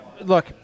look